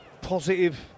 positive